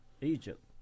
Egypt